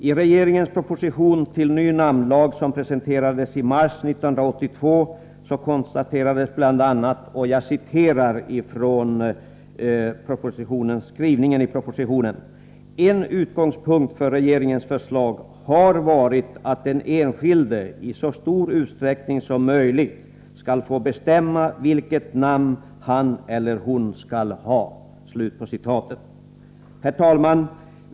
I regeringens proposition om ny namnlag, som presenterades i mars 1982, konstaterades bl.a.: ”En utgångspunkt för den nya lagen är att den enskilde i så stor utsträckning som möjligt skall få bestämma vilket namn han eller hon skall ha.” Herr talman!